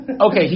Okay